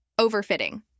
overfitting